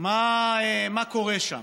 מה קורה שם,